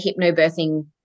hypnobirthing